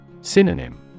Synonym